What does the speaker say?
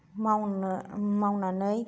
मावनो मावनानै